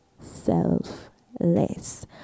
selfless